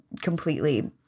completely